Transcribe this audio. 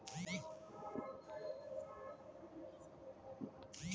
तग्गड़ के फूल बहुत आसानी सॅ कोय भी जमीन मॅ उगी जाय छै